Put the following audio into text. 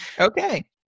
Okay